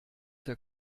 der